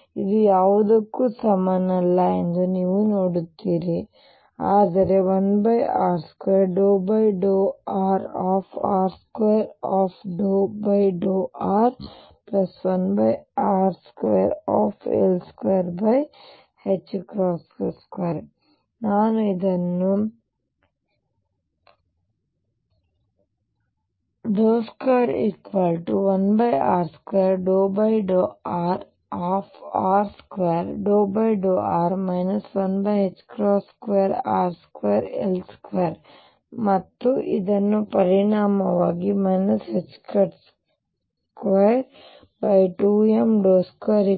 ಆದ್ದರಿಂದ ಇದು ಯಾವುದಕ್ಕೂ ಸಮವಲ್ಲ ಎಂದು ನೀವು ನೋಡುತ್ತೀರಿ ಆದರೆ 1r2∂rr2∂r1r2 ಹಾಗಾಗಿ ನಾನು ಇದನ್ನು 21r2∂rr2∂r 12r2L2 ಮತ್ತು ಇದರ ಪರಿಣಾಮವಾಗಿ 22m2